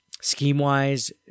Scheme-wise